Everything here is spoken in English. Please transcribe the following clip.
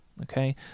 okay